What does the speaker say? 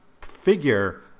figure